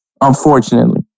unfortunately